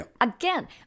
Again